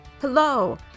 Hello